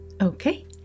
okay